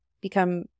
become